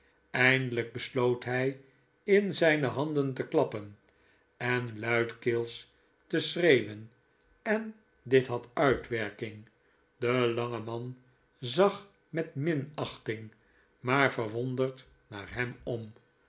eindelijk besloot hij in zijne handen te klappen en luidkeels te schreeuwen en dit had uitwerking de lange man zag met minachting maar verwonderd naar hem om